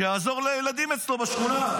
שיעזור לילדים אצלו בשכונה.